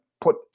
put